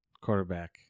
quarterback